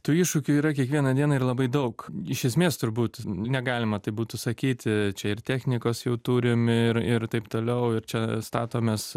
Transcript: tų iššūkių yra kiekvieną dieną ir labai daug iš esmės turbūt negalima tai būtų sakyti čia ir technikos jau turim ir ir taip toliau ir čia statomės